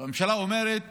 הממשלה אומרת